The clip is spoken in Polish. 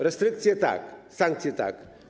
Restrykcje - tak, sankcje - tak.